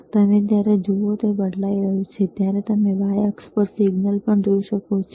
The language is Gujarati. અને તમે જુઓ જ્યારે તે બદલાઈ રહ્યો છે ત્યારે તમે y અક્ષ પર સિગ્નલ પણ જોઈ શકો છો